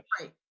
right